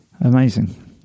Amazing